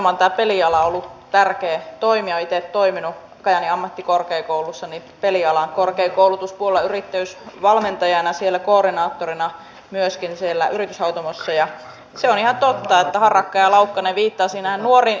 eli kunnille on siirtynyt tehtäviä ja ely keskuksilta on hyvin paljon vähennetty henkilöstöä ja muun muassa te toimistojenkin loppuminen pikkukaupungeista on tuonut sen vastuun enemmän kuntien harteille